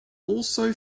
also